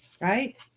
Right